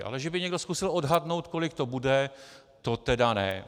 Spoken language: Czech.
Ale že by někdo zkusil odhadnout, kolik to bude, to tedy ne.